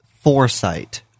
Foresight